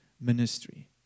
ministry